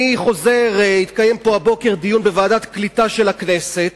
הבוקר התקיים כאן דיון בוועדת הקליטה של הכנסת,